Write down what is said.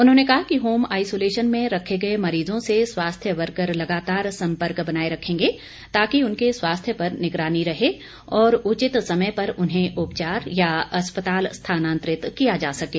उन्होंने कहा कि होम आइसोलेशन में रखे गए मरीजों से स्वास्थ्य वर्कर लगातार संपर्क बनाये रखेंगे ताकि उनके स्वास्थ्य पर निगरानी रहे और उचित समय पर उन्हें उपचार या हॉस्पिटल स्थानांतरित किया जा सकें